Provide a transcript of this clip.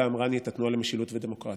עמרני את התנועה למשילות ודמוקרטיה.